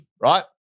right